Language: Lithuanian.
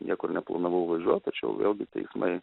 niekur neplanavau važiuot tačiau vėlgi teismai